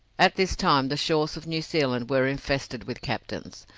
at this time the shores of new zealand were infested with captains.